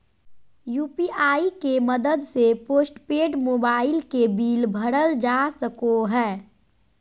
UPI के मदद से पोस्टपेड मोबाइल के बिल भरल जा सको हय